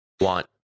want